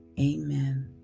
Amen